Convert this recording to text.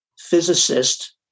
physicist